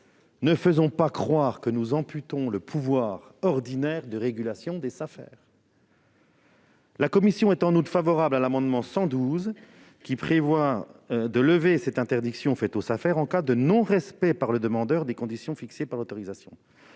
Ne faisons pas croire que nous amputons le pouvoir ordinaire de régulation des Safer ! La commission émet un avis favorable sur l'amendement n° 112 rectifié, qui vise à lever l'interdiction faite aux Safer en cas de non-respect par le demandeur des conditions fixées par l'autorisation.